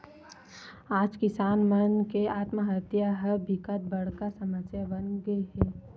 आज किसान मन के आत्महत्या ह बिकट बड़का समस्या बनगे हे